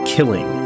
Killing